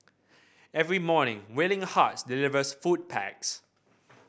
every morning Willing Hearts delivers food packs